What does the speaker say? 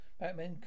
Batman